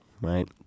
Right